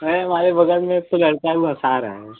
है हमारे बगल में एक ठो लड़का है बस आ रहा है